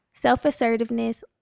self-assertiveness